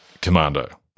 Commando